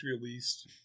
released